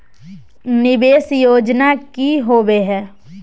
निवेस योजना की होवे है?